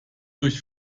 durch